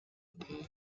дээ